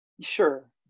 sure